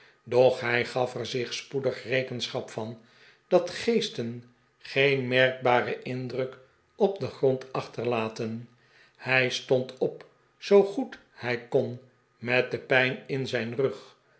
doch hij gaf er zich spoedig rekenschap van dat geesten geen merkbaren indruk op den grond achterlaten hij stond op zoo goed hij kon met de pijn in zijn rug